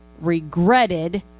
regretted